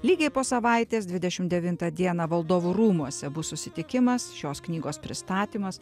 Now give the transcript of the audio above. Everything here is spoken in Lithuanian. lygiai po savaitės dvidešim devintą dieną valdovų rūmuose bus susitikimas šios knygos pristatymas